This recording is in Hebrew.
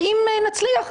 ואם נצליח,